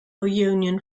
union